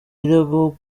birego